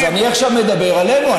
אז אני עכשיו מדבר עלינו.